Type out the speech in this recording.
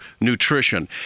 nutrition